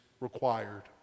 required